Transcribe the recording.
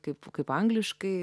kaip kaip angliškai